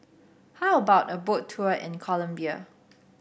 how about a Boat Tour in Colombia